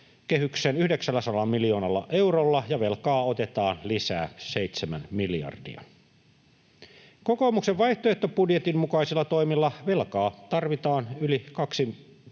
menokehyksen 900 miljoonalla eurolla, ja velkaa otetaan lisää 7 miljardia. Kokoomuksen vaihtoehtobudjetin mukaisilla toimilla velkaa tarvitaan yli 2,5